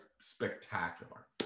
Spectacular